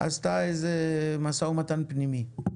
עשתה איזה משא ומתן פנימי.